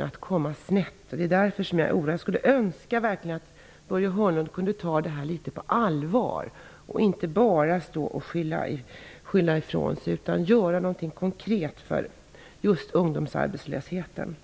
att komma snett som finns i denna region. Det är därför jag är orolig. Jag skulle önska att Börje Hörnlund kunde ta det litet på allvar och inte bara skylla ifrån sig utan göra någonting konkret just för ungdomsarbetslösheten.